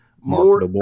more